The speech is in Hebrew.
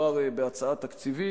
ומדובר בהצעה תקציבית,